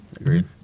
Agreed